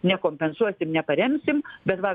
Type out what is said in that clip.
nekompensuosim neparemsim bet va